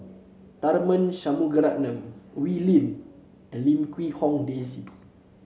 Tharman Shanmugaratnam Wee Lin and Lim Quee Hong Daisy